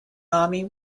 army